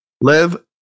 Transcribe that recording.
live